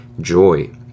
joy